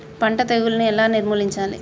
పంట తెగులుని ఎలా నిర్మూలించాలి?